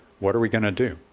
what are we going to do?